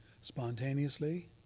spontaneously